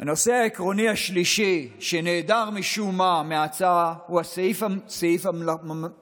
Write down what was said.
הנושא העקרוני השלישי שנעדר משום מה מההצעה הוא סעיף הממלכתיות.